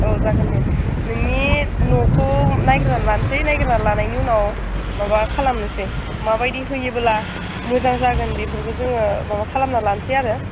औ जागोन दे नोंनि न'खौ नायग्रोना लानोसै नायग्रोना लानायनि उनाव माबा खालामनोसै माबायदि होयोब्ला मोजां जागोन बेफोरखौ जोङो माबा खालामना लानोसै आरो